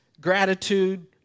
gratitude